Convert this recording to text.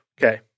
okay